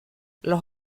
los